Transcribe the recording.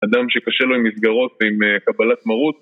אדם שקשה לו עם מסגרות ועם קבלת מרות...